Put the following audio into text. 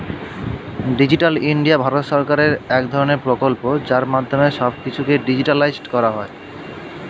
digital India Bharat সরকারের এক ধরণের প্রকল্প যার মাধ্যমে সব কিছুকে ডিজিটালাইসড করা হয়